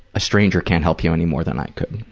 a stranger can't help you anymore than i could.